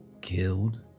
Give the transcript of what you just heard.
killed